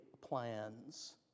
plans